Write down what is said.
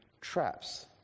traps